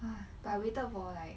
!wah! but waited for like